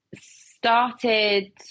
started